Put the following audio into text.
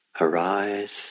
arise